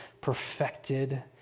perfected